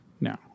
now